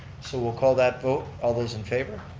so we'll call that vote, all those in favor?